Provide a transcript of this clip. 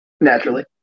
naturally